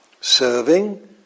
serving